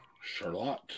Charlotte